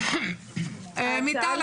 מיטל,